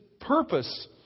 purpose